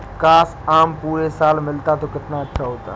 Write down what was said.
काश, आम पूरे साल मिलता तो कितना अच्छा होता